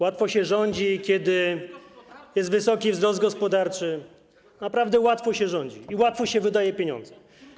Łatwo się rządzi, kiedy jest wysoki wzrost gospodarczy, naprawdę łatwo się rządzi i łatwo się wydaje pieniądze.